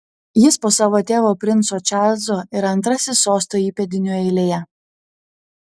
jis po savo tėvo princo čarlzo yra antrasis sosto įpėdinių eilėje